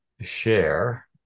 Share